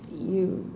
you